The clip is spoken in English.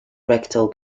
rectal